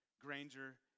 Granger